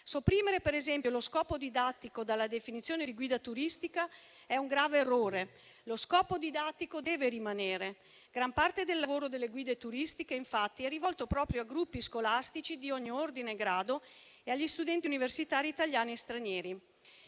Sopprimere, per esempio, lo scopo didattico dalla definizione di guida turistica è un grave errore: lo scopo didattico deve rimanere; gran parte del lavoro delle guide turistiche infatti è rivolto proprio a gruppi scolastici di ogni ordine grado e a studenti universitari, italiani e stranieri.